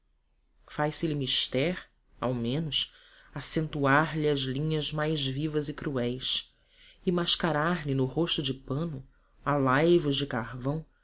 malquerem faz se lhe mister ao menos acentuar lhe as linhas mais vivas e cruéis e mascarar lhe no rosto de pano a laivos de carvão